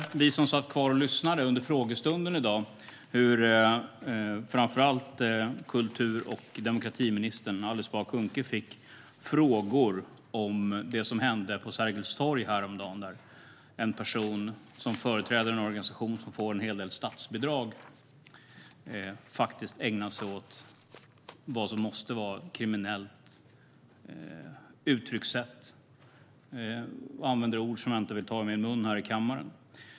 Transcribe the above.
Vi som satt kvar och lyssnade under frågestunden i dag hörde hur framför allt kultur och demokratiminister Alice Bah Kuhnke fick frågor om det som hände på Sergels torg häromdagen. En person som företräder en organisation som får en hel del statsbidrag ägnade sig åt vad som måste vara ett kriminellt uttryckssätt och använde ord som jag inte vill ta i min mun här i kammaren.